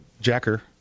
jacker